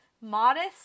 modest